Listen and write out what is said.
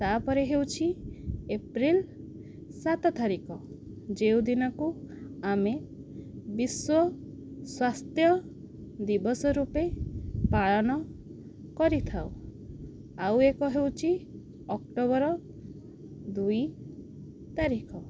ତା'ପରେ ହେଉଛି ଏପ୍ରିଲ ସାତ ତାରିଖ ଯେଉଁଦିନକୁ ଆମେ ବିଶ୍ୱ ସ୍ୱାସ୍ଥ୍ୟ ଦିବସ ରୂପେ ପାଳନ କରିଥାଉ ଆଉ ଏକ ହେଉଛି ଅକ୍ଟୋବର ଦୁଇ ତାରିଖ